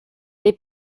des